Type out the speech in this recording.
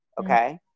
Okay